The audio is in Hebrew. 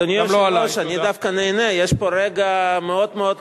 אדוני היושב-ראש, אני דווקא נהנה, יש פה רגע נדיר.